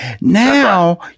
Now